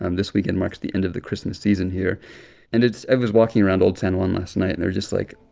um this weekend marks the end of the christmas season here and it's i was walking around old san juan last night, and there were just, like,